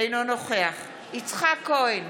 אינו נוכח יצחק כהן,